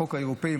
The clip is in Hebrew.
החוק האירופי,